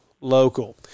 local